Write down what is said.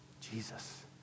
Jesus